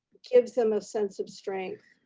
gives them a sense of strength,